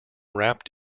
rapped